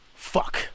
Fuck